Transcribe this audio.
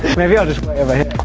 maybe i'll just wait over